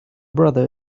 brother